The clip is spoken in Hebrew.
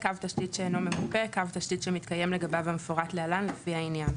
"קו תשתית שאינו ממופה" קו תשתית שמפורט לגביו המפורט להלן לפי העניין: